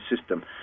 system